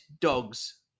dogs